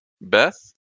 Beth